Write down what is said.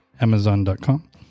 Amazon.com